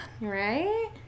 Right